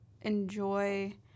enjoy